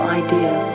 idea